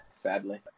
sadly